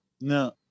No